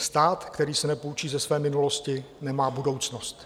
Stát, který se nepoučí ze své minulosti, nemá budoucnost.